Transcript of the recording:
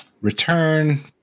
Return